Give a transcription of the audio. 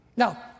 Now